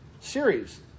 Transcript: series